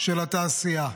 של התעשייה.